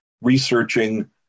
researching